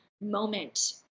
moment